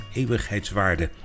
eeuwigheidswaarde